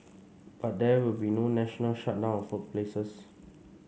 but there will be no national shutdown of workplaces